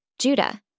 Judah